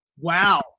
Wow